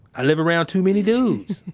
i live around too many dudes.